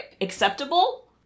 acceptable